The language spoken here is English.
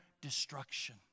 destruction